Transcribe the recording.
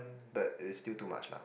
but is still too much lah